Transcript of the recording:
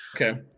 Okay